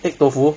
egg tofu